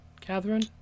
Catherine